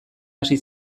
hasi